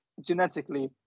genetically